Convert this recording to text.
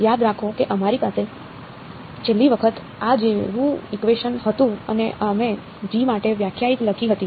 યાદ રાખો કે અમારી પાસે છેલ્લી વખત આ જેવું ઇકવેશન હતું અને અમે g માટે વ્યાખ્યા લખી હતી